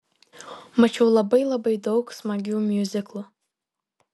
mačiau labai labai daug smagių miuziklų